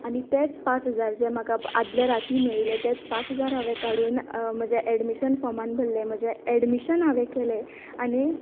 आनी तेच पांच हजार जे म्हाका आदल्या राती मेळिल्ले तेच पांच हजार हांवें काडून म्हज्या एडमिशन फॉर्मांत भरले म्हजें एडमिशन हांवेन केलें आनीक